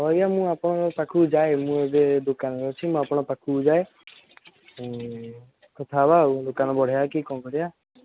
ହଉ ଆଜ୍ଞା ମୁଁ ଆପଣଙ୍କ ପାଖକୁ ଯାଏ ମୁଁ ଏବେ ଦୋକାନରେ ଅଛି ମୁଁ ଆପଣଙ୍କ ପାଖକୁ ଯାଏ କଥା ହେବା ଆଉ ଦୋକାନ ବଢ଼େଇବା କି କ'ଣ କରିବା